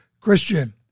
Christian